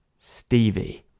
Stevie